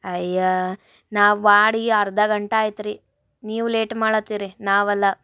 ಅಯ್ಯಾ ನಾವು ವಾಡಿ ಅರ್ಧ ಗಂಟೆ ಆಯ್ತು ರಿ ನೀವು ಲೇಟ್ ಮಾಡತ್ತೀರಿ ನಾವಲ್ಲ